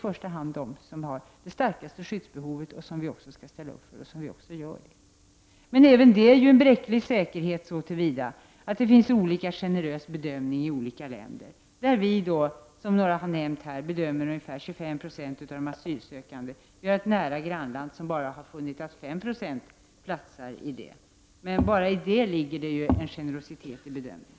Det är de som har de starkaste skyddsbehoven. Dem skall vi ställa upp för, vilket vi också gör. Men även här är det en bräcklig säkerhet så till vida att det finns olika generösa bedömningar i olika länder. Vi bedömer, som någon här har nämnt, att ungefär 25 90 av de asylsökandena tillhör dessa. Vi har ett nära grannland som har funnit att endast 5 26 platsar bland dem. Bara i detta ligger en generositet i vår bedömning.